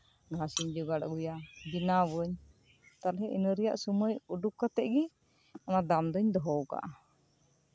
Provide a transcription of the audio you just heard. ᱜᱷᱟᱸᱥ ᱤᱧ ᱡᱚᱜᱟᱲ ᱟᱹᱜᱩᱭᱟ ᱵᱮᱱᱟᱣ ᱟᱹᱧ ᱛᱟᱦᱞᱮ ᱤᱱᱟᱹ ᱨᱮᱭᱟᱜ ᱥᱚᱢᱚᱭ ᱩᱰᱩᱠ ᱠᱟᱛᱮᱜ ᱜᱮ ᱚᱱᱟ ᱫᱟᱢ ᱫᱚᱧ ᱫᱚᱦᱚᱣ ᱠᱟᱜᱼᱟ